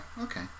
Okay